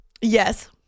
Yes